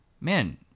man